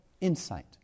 insight